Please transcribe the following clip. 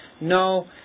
no